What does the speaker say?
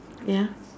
ya